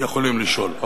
יכולים לשאול,